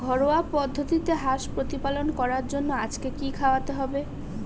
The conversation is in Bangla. ঘরোয়া পদ্ধতিতে হাঁস প্রতিপালন করার জন্য আজকে কি খাওয়াতে হবে?